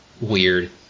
weird